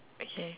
okay